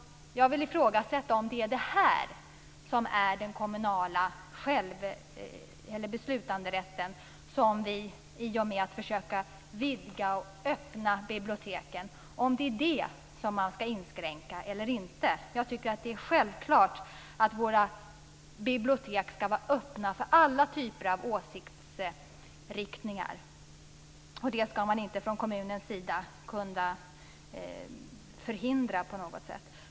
Jag vill fråga om det är det som är den kommunala beslutanderätt som vi, i och med att vi försöker vidga och öppna biblioteken, skall inskränka. Jag tycker att det är självklart att våra bibliotek skall vara öppna för alla typer av åsiktsriktningar. Det skall man inte från kommunens sida kunna förhindra på något sätt.